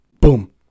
boom